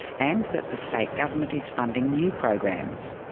and that the state government is funding new programs.